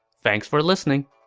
thanks for listening!